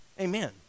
amen